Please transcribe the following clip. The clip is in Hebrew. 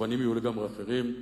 המובנים יהיו לגמרי אחרים.